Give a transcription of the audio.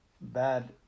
bad